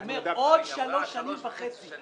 הוא אומר: עוד שלוש שנים וחצי,